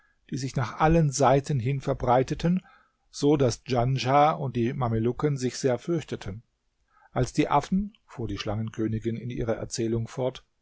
die sich nach allen seiten hin verbreiteten so daß djanschah und die mamelucken sich sehr fürchteten als die affen fuhr die schlangenkönigin in ihrer erzählung fort